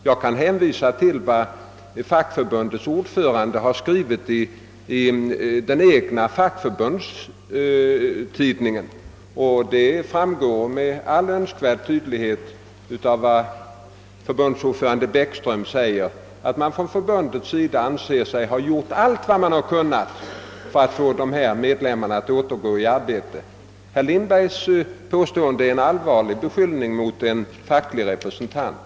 Däremot kan jag hänvisa till vad fackförbundets ordförande Sixten Bäckström skrivit i förbundets egen tidning. Därav framgår med all önskvärd tydlighet att förbundet anser sig ha gjort allt som varit möjligt för att få medlemmarna att återgå till arbetet. Herr Lindbergs uttalande innebar en allvarlig beskyllning mot en facklig representant.